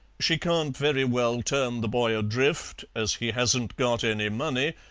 she can't very well turn the boy adrift, as he hasn't got any money,